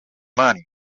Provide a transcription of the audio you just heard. money